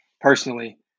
personally